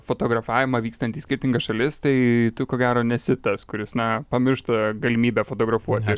fotografavimą vykstant į skirtingas šalis tai tu ko gero nesi tas kuris na pamiršta galimybę fotografuoti